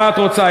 מה את רוצה?